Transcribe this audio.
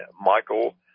Michael